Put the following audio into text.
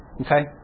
Okay